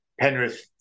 Penrith